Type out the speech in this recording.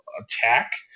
attack